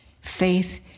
Faith